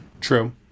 True